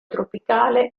tropicale